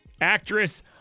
actress